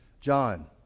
John